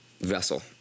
Vessel